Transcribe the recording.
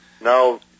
Now